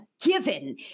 given